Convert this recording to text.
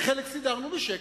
וחלק סידרנו בשקט,